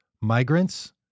Migrants